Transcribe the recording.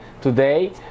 today